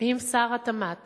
אם שר התמ"ת